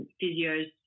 physios